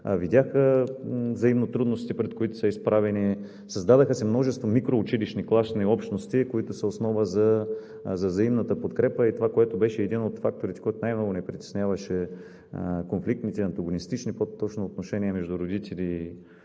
видяха взаимно трудностите, пред които са изправени, създадоха се множество микроучилищни класни общности, които са основа за взаимната подкрепа, и това беше един от факторите, който най-много ме притесняваше. Конфликтните, по-точно антагонистичните отношения между родители и